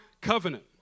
covenant